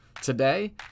Today